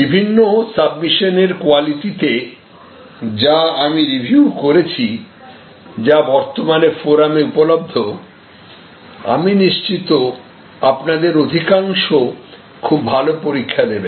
বিভিন্ন সাবমিশনের কোয়ালিটিতে যা আমি রিভিউ করেছি যা বর্তমানে ফোরামে উপলব্ধ আমি নিশ্চিত আপনাদের অধিকাংশ খুব ভালো পরীক্ষা দেবেন